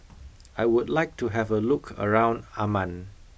I would like to have a look around Amman